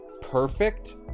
perfect